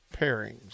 pairings